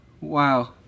Wow